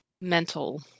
mental